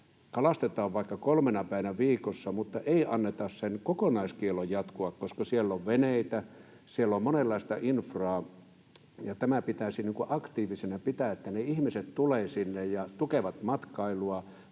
kalastetaan vaikka kolmena päivänä viikossa mutta ei anneta sen kokonaiskiellon jatkua, koska siellä on veneitä, siellä on monenlaista infraa ja tämä pitäisi pitää aktiivisena, että ihmiset tulevat sinne ja tukevat matkailua,